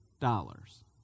dollars